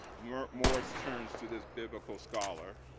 morse morse turns to this biblical scholar,